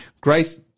Grace